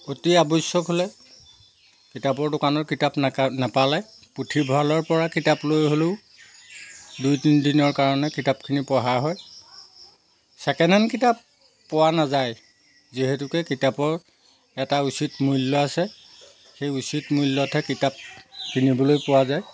অতি আৱশ্যক হ'লে কিতাপৰ দোকানৰ কিতাপ নাকা নাপালে পুথিভঁৰালৰ পৰা কিতাপ লৈ হ'লেও দুই তিনিদিনৰ কাৰণে কিতাপখিনি পঢ়া হয় ছেকেণ্ড হেণ্ড কিতাপ পোৱা নাযায় যিহেতুকৈ কিতাপৰ এটা উচিত মূল্য আছে সেই উচিত মূল্যতহে কিতাপ কিনিবলৈ পোৱা যায়